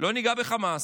לא ניגע בחמאס.